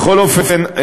בכל אופן,